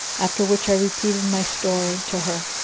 after which i repeated my story to her,